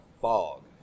fog